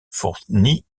fournit